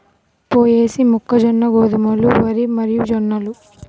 పొయేసీ, మొక్కజొన్న, గోధుమలు, వరి మరియుజొన్నలు